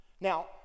Now